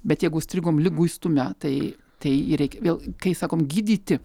bet jeigu įstrigom liguistume tai tai reikia vėl kai sakom gydyti